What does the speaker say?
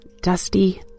dusty